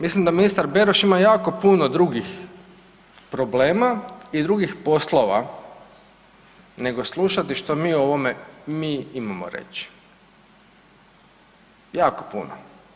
Mislim da ministar Beroš ima jako puno drugih problema i drugih poslova nego slušati što mi o ovome, mi imamo reći, jako puno.